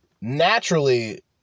Naturally